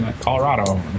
Colorado